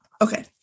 Okay